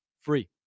free